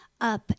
up